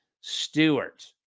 Stewart